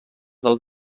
del